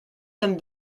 somme